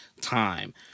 time